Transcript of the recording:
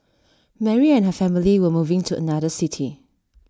Mary and her family were moving to another city